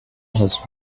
has